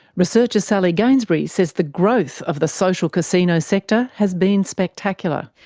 researcher sally gainsbury says the growth of the social casino sector has been spectacular.